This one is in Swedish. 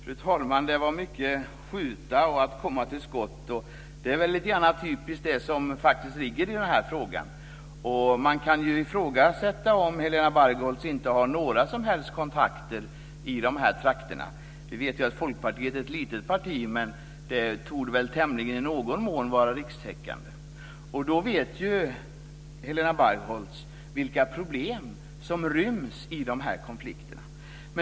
Fru talman! Det var mycket "skjuta" och att "komma till skott". Det är väl typiskt det som ligger i denna fråga. Man kan ifrågasätta om Helena Bargholtz inte har några som helst kontakter i dessa trakter. Vi vet att Folkpartiet är ett litet parti, men det torde väl i någon mån vara rikstäckande. Helena Bargholtz vet vilka problem som ryms i konflikterna.